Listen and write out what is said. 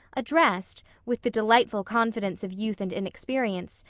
addressed, with the delightful confidence of youth and inexperience,